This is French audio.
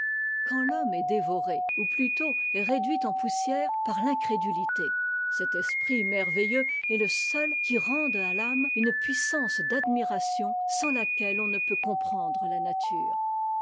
quand l'homme est dévoré ou plutôt réduit en poussière par fincréduhté cet esprit merveilleux est le seul qui rende à l'âme une puissance d'admiration sans laquelle on ne peut comprendre la nature